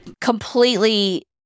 completely